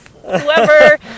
Whoever